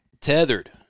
Tethered